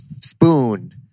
spoon